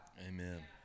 Amen